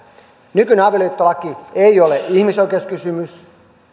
nykyinen avioliittolaki ei ole ihmisoikeuskysymys